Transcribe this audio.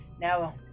now